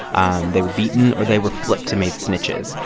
um they were beaten or they were flipped to made snitches.